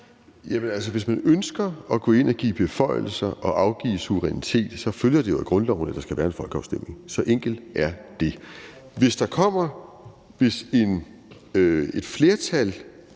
hvis man ønsker at gå ind og give beføjelser og afgive suverænitet, så følger det jo af grundloven, at der skal være en folkeafstemning. Så enkelt er det. Hvis et flertal